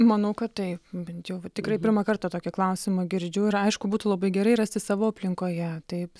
manau kad taip bent jau tikrai pirmą kartą tokį klausimą girdžiu ir aišku būtų labai gerai rasti savo aplinkoje taip